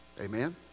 Amen